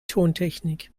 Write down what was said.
tontechnik